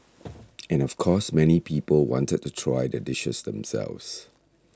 and of course many people wanted to try the dishes themselves